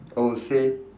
I would say